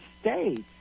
states